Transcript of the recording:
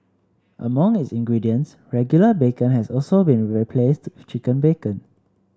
among its ingredients regular bacon has also been replaced with chicken bacon